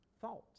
thoughts